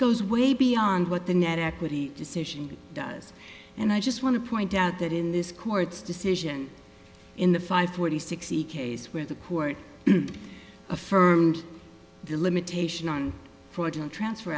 goes way beyond what the net equity decision does and i just want to point out that in this court's decision in the five forty sixty case where the court affirmed the limitation on forging transfer